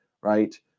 right